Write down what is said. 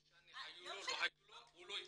לא משנה היו לו או לא היו לו, הוא לא מתייחס.